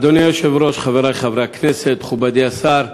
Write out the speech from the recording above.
אדוני היושב-ראש, חברי חברי הכנסת, מכובדי השר,